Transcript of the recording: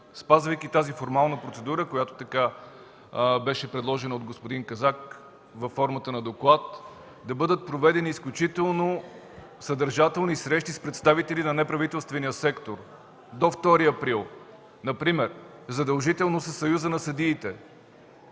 спазвайки формално тази процедура, която беше предложена от господин Казак под формата на доклад, да бъдат проведени изключително съдържателни срещи с представители на неправителствения сектор до 2 април. Например: задължително със Съюза на съдиите,